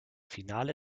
finale